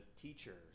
teachers